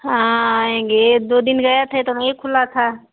हाँ आएंगे दो दिन गए थे तो एक खुला था